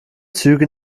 züge